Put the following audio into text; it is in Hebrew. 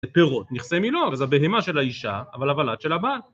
זה פירות, נכסי מנוח, זו בהימה של האישה, אבל הולד של הבת.